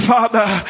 Father